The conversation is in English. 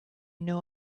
know